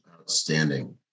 Outstanding